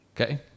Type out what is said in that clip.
Okay